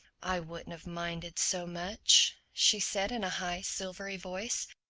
i wouldn't have minded so much, she said in a high silvery voice,